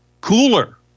Cooler